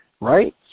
right